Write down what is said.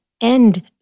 end